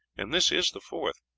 and this is the fourth.